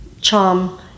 charm